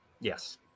Yes